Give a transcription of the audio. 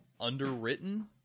underwritten